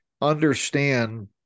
understand